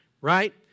right